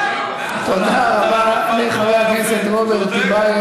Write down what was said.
תודה רבה לחבר הכנסת רוברט טיבייב.